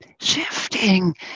Shifting